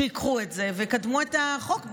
שייקחו את זה ויקדמו את החוק.